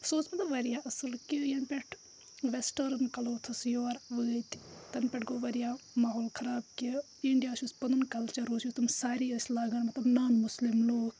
سُہ اوس مطلب واریاہ اَصٕل کہِ یَنہٕ پٮ۪ٹھ وٮ۪سٹٲرٕن کٕلوتھٕس یور وٲتۍ تَنہٕ پٮ۪ٹھ گوٚو واریاہ ماحول خراب کہِ اِنڈیاہَس یُس پَنُن کَلچَر اوس یُس تٕم ساری ٲسۍ لاگان مطلب نان مُسلِم لوٗکھ